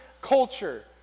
culture